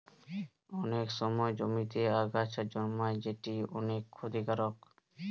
অনেক সময় জমিতে আগাছা জন্মায় যেটি অনেক ক্ষতিকারক